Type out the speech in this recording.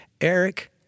Eric